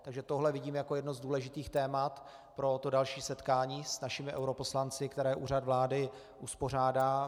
Takže tohle vidím jako jedno z důležitých témat pro to další setkání s našimi europoslanci, které Úřad vlády uspořádá.